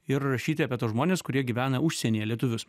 ir rašyti apie tuos žmones kurie gyvena užsienyje lietuvius